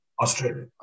Australia